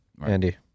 andy